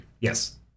yes